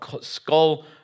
skull